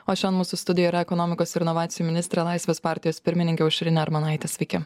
o šiandien mūsų studijoj yra ekonomikos ir inovacijų ministrė laisvės partijos pirmininkė aušrinė armonaitė sveiki